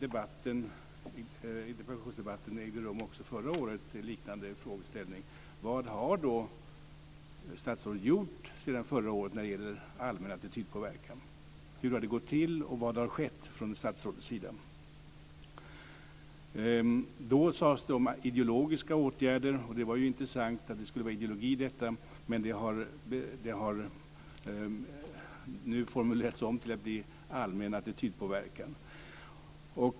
En liknande frågeställning togs ju upp i en interpellationsdebatt också förra året. Vad har då statsrådet gjort sedan förra året när det gäller allmän attitydpåverkan? Hur har det gått till och vad har skett från statsrådets sida? Då talades det om ideologiska åtgärder. Det var intressant att det skulle finnas ideologi i detta. Men nu har det formulerats om till att bli allmän attitydpåverkan.